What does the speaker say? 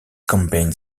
campaign